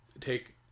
take